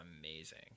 amazing